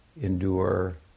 endure